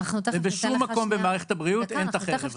ובשום מקום במערכת הבריאות אין את החרב הזאת.